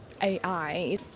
AI